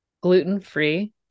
Gluten-free